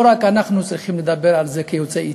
לא רק אנחנו, כיוצאי אתיופיה,